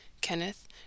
Kenneth